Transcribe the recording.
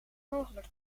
mogelijk